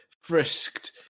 frisked